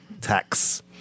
tax